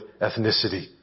ethnicity